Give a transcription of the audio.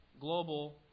global